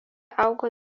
auga